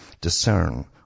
discern